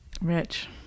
Rich